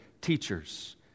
teachers